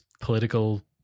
political